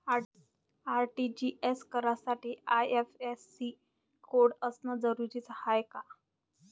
RTGS करासाठी IFSC code असनं जरुरीच हाय का?